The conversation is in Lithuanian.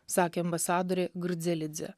sakė ambasadorė girdzelidzė